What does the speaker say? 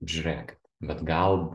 žiūrėk bet gal